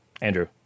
andrew